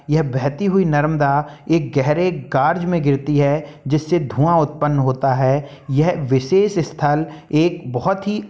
यह बहती हुयी नर्मदा एक गहरे गार्ज में गिरती है जिससे धुआँ उत्पन्न होता है यह विशेष स्थल एक बहुत ही